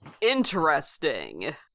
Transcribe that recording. Interesting